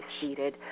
seated